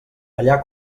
allà